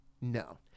no